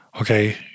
Okay